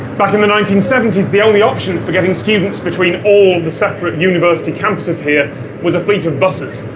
back in the nineteen seventy s, the only option for getting students between all and the separate university campuses here was a fleet of buses.